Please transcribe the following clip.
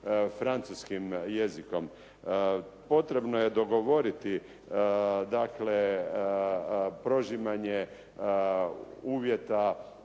francuskim jezikom? Potrebno je dogovoriti dakle prožimanje uvjeta